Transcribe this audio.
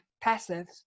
passive